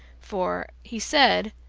for, he said,